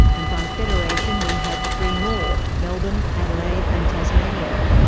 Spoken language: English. and by federation we had three more melbourne, adelaide and tasmania.